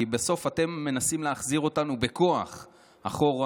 כי בסוף אתם מנסים להחזיר אותנו בכוח אחורה,